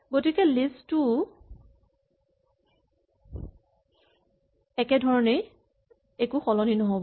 গতিকে list two ও একেধৰণেই সলনি হব